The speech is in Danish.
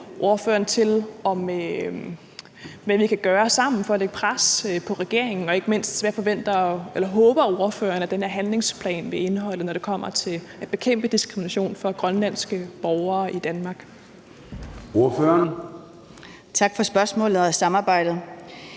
ordføreren om, hvad vi kan gøre sammen for at lægge pres på regeringen, og ikke mindst om, hvad ordførerne håber den her handlingsplan vil indeholde, når det kommer til at bekæmpe diskrimination for grønlandske borgere i Danmark. Kl. 23:33 Formanden